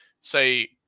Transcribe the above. say